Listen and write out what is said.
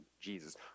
Jesus